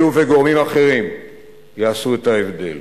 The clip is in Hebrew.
אלו וגורמים אחרים יעשו את ההבדל.